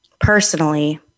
personally